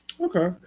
Okay